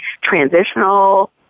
transitional